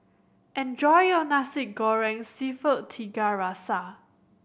enjoy your Nasi Goreng Seafood Tiga Rasa